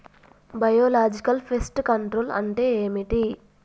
Biological pest control అంటే ఏమిటి?